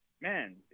man